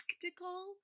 practical